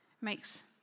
makes